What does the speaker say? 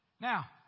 Now